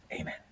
Amen